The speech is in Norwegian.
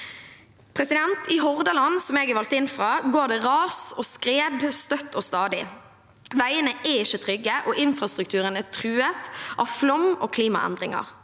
I Hordaland, som jeg er valgt inn fra, går det ras og skred støtt og stadig. Veiene er ikke trygge, og infrastrukturen er truet av flom og klimaendringer.